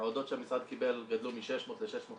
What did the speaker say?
ההועדות שהמשרד קיבל גדלו מ-600 ל-650